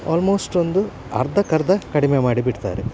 almost ಒಂದು ಅರ್ಧಕ್ಕೆ ಅರ್ಧ ಕಡಿಮೆ ಮಾಡಿ ಬಿಡ್ತಾರೆ